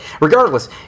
regardless